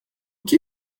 que